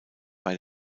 bei